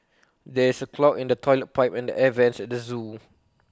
there is A clog in the Toilet Pipe and the air Vents at the Zoo